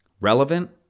relevant